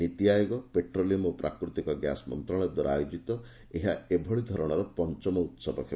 ନୀତି ଆୟୋଗ ଓ ପେଟ୍ରୋଲିୟମ୍ ଓ ପ୍ରାକୃତିକ ଗ୍ୟାସ୍ ମନ୍ତ୍ରଣାଳୟ ଦ୍ୱାରା ଆୟୋଜିତ ଏହା ଏଭଳି ଧରଣର ପଂଚମ ଉହବ ହେବ